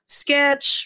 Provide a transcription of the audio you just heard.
sketch